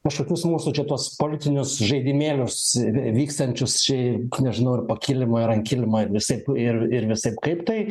kažkokius mūsų čia tuos politinius žaidimėlius vyksiančius čia nežinau po kilimu ir ant kilimo visaip ir ir visaip kaip tai